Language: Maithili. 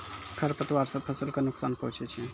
खरपतवार से फसल क नुकसान पहुँचै छै